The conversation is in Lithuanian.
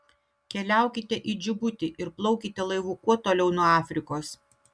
keliaukite į džibutį ir plaukite laivu kuo toliau nuo afrikos